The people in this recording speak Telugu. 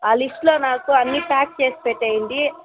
ఆ లిస్టులో నాకు అన్ని ప్యాక్ చేసి పెట్టేయండి